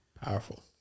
Powerful